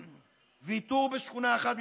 ויתור בשכונה אחת,